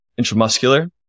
intramuscular